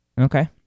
Okay